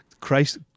Christ